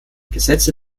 gesetze